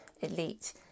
elite